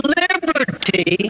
liberty